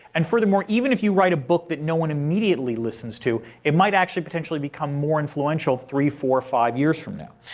and furthermore, even if you write a book that no one immediately listens to, it might actually potentially become more influential three, four, or five years from now.